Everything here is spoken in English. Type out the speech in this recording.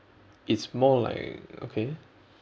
it's more like okay